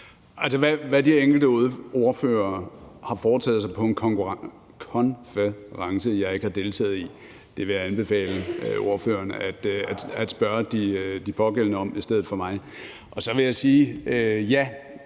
Hvad de enkelte ordførere har foretaget sig på en konference, jeg ikke har deltaget i, vil jeg anbefale ordføreren at spørge de pågældende om i stedet for mig. Så vil jeg sige, at